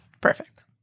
Perfect